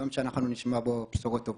יום שאנחנו נשמע לו בשורות טובות.